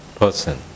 person